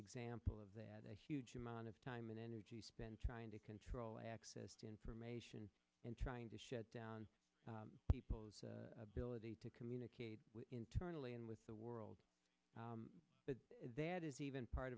example of that a huge amount of time and energy spent trying to control access to information and trying to shut down people's ability to communicate internally and with the world but that is even part